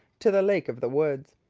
to the lake of the woods.